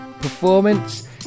performance